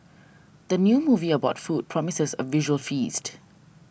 the new movie about food promises a visual feast